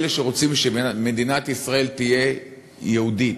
אלה שרוצים שמדינת ישראל תהיה יהודית,